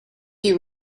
you